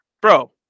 bro